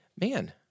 man